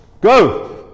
go